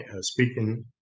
speaking